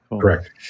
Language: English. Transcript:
Correct